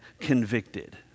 convicted